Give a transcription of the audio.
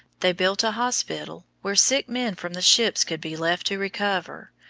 they built a hospital, where sick men from the ships could be left to recover,